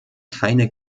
keine